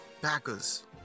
Packers